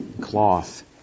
cloth